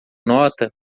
nota